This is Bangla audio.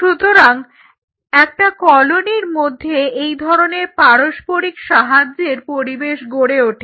সুতরাং একটা কলোনির মধ্যে এই ধরনের পারস্পরিক সাহায্যের পরিবেশ গড়ে ওঠে